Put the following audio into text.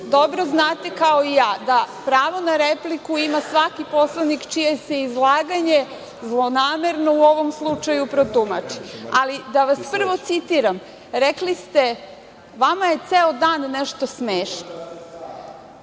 dobro znate kao i ja da pravo na repliku ima svaki poslanik čije se izlaganje zlonamerno u ovom slučaju tumači. Ali, da vas prvo citiram, rekli ste – vama je ceo dan nešto smešno.